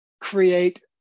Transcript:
create